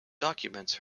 documents